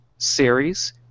series